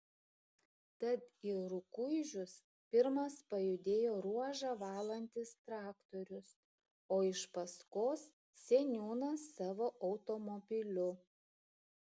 tad į rukuižius pirmas pajudėjo ruožą valantis traktorius o iš paskos seniūnas savo automobiliu